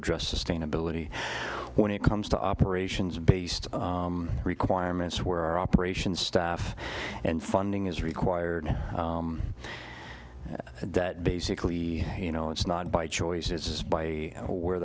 address sustainability when it comes to operations based requirements where our operations staff and funding is required that basically you know it's not by choice it's by where